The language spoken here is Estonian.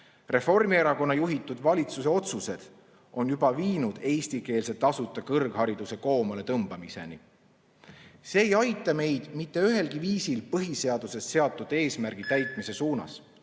Reformierakonna juhitud valitsuse otsused on juba viinud eestikeelse tasuta kõrghariduse koomaletõmbamiseni. See ei aita meid mitte ühelgi viisil põhiseaduses seatud eesmärgi täitmise suunas.